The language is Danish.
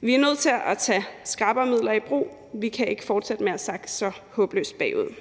Vi er nødt til at tage skrappere midler i brug – vi kan ikke fortsætte med at sakke så håbløst bagud.